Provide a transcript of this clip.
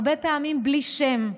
הרבה פעמים בלי שם.